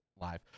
live